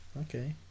Okay